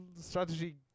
strategy